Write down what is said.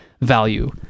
value